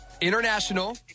International